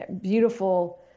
beautiful